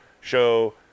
show